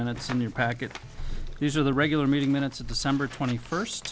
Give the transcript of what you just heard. minutes on your packet these are the regular meeting minutes of december twenty first